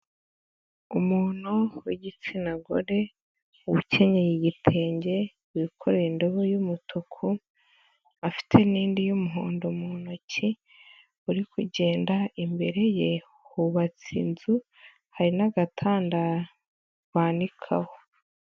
Umuntu w'igitsina gore, ukenyeye igitenge, wikoreye indobo y'umutuku, afite n'indi y'umuhondo mu ntoki, uri kugenda, imbere ye hubatse inzu. Hari n'agatanda banikaho.